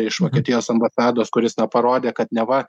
iš vokietijos ambasados kuris na parodė kad neva